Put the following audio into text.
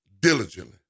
diligently